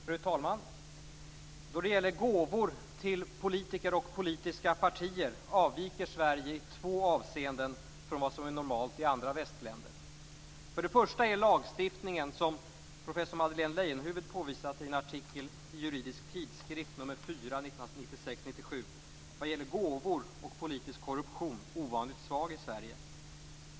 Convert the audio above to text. Fru talman! Då det gäller gåvor till politiker och politiska partier avviker Sverige i två avseenden från vad som är normalt i andra västländer: För det första är lagstiftningen, som professor Madeleine Leijonhufvud påvisat i en artikel i Juridisk Tidskrift nr 4/1996-97, vad gäller gåvor och politisk korruption ovanligt svag i Sverige.